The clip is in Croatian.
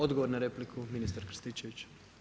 Odgovor na repliku, ministar Krstičević.